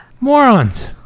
Morons